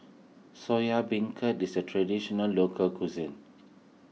Soya Beancurd is a Traditional Local Cuisine